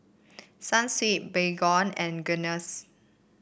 Sunsweet Baygon and Guinness